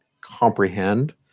comprehend